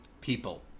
people